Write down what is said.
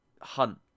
Hunt